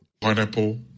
Pineapple